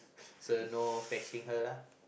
so no flexing her lah